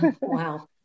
Wow